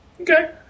Okay